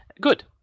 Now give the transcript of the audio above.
Good